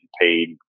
paid